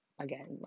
Again